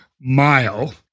Mile